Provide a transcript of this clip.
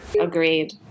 Agreed